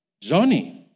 Johnny